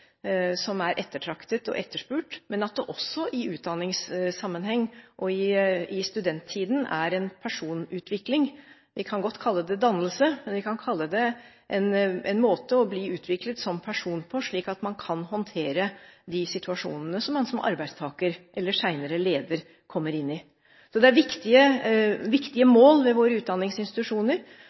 som er ettertraktet og etterspurt, men at det også i utdanningssammenheng og i studenttiden er en personutvikling – vi kan godt kalle det dannelse, vi kan kalle det en måte å bli utviklet som person på – slik at man kan håndtere de situasjonene som man som arbeidstaker eller senere som leder kommer inn i. Det er viktige mål ved våre utdanningsinstitusjoner.